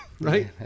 right